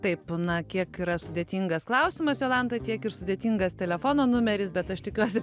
taip na kiek yra sudėtingas klausimas jolanta tiek ir sudėtingas telefono numeris bet aš tikiuosi